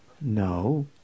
No